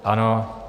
Ano.